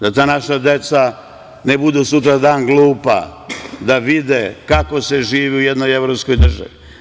Da ta naša deca ne budu sutra dan glupa, da vide kako se živi u jednoj evropskoj državi.